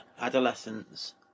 adolescence